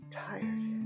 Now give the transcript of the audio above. tired